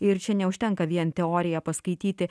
ir čia neužtenka vien teoriją paskaityti